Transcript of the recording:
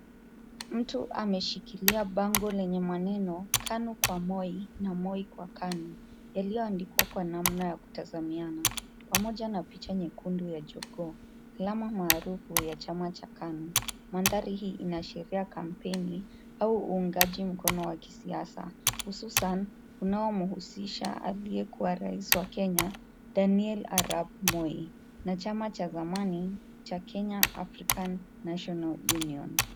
Mtu ameshikilia bango lenye maneno KANU kwa Moi na Moi kwa KANU yaliyoandikwa kwa namna ya kutazamiana pamoja na picha nyekundu ya jogoo. Alama maarufu ya chama cha KANU. Mandhari hii inaashiria kampeni au uungaji mkono wa kisiasa hususan unao muhusisha aliyekuwa rais wa Kenya Daniel Arap Moi na chama cha zamani cha Kenya African National Union.